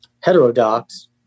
heterodox